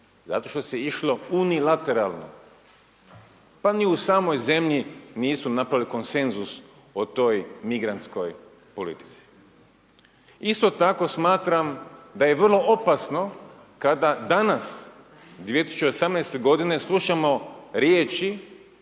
zato što se išlo unilateralno. Pa ni u samoj zemlji nisu napravili konsenzus o toj migrantskoj politici. Isto tako smatram da je vrlo opasno kada danas 2018. godine slušamo riječi